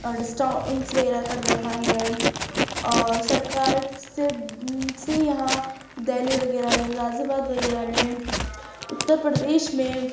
distance وغیرہ کر رکھا ہے اور سرکار سے سے یہاں دہلی وغیرہ میں غازی آباد وغیرہ میں اتر پردیش میں